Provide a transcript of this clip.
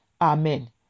Amen